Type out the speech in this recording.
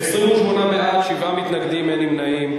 28 בעד, שבעה מתנגדים, אין נמנעים.